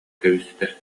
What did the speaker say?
кэбистэ